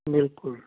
ਬਿਲਕੁਲ